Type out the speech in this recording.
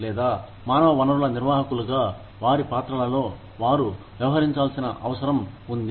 లేదా మానవ వనరుల నిర్వాహకులుగా వారి పాత్రలలో వారు వ్యవహరించాల్సిన అవసరం ఉంది